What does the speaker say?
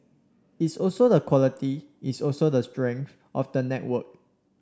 it's also the quality it's also the strength of the network